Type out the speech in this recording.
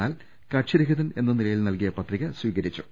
എന്നാൽ കക്ഷി രഹിതൻ എന്ന നിലയിൽ നൽകിയ പത്രിക സ്വീകരിച്ചു